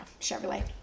chevrolet